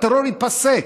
הטרור ייפסק.